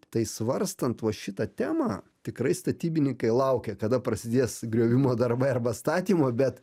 tai svarstant va šitą temą tikrai statybininkai laukia kada prasidės griovimo darbai arba statymo bet